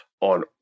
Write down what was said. on